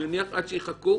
עד שיחכו.